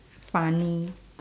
funny